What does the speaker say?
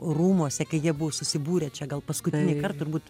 rūmuose kai jie buvo susibūrę čia gal paskutinįkart turbūt